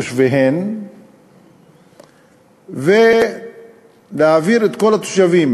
מתושביהן ושיש להעביר משם את כל התושבים.